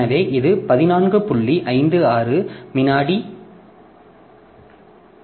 எனவே இது 14